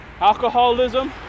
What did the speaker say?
alcoholism